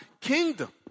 kingdom